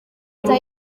leta